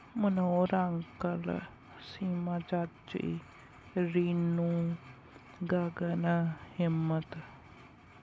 Manohar uncle Seema ਚਾਚੀ ਰੀਨੂੰ ਗਗਨ ਹਿੰਮਤ